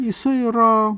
jisai yra